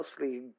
mostly